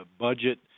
budget